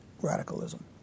radicalism